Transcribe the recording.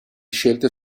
scelte